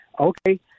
okay